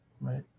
right